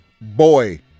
boy